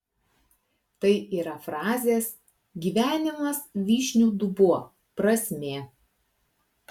tai yra frazės gyvenimas vyšnių dubuo prasmė